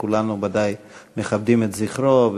כולנו ודאי מכבדים את זכרו,